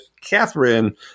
Catherine